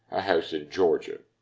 a house in georgia.